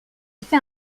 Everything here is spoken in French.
fait